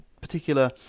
particular